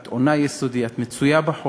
באופן יסודי, את עונה יסודי, את מצויה בחומר,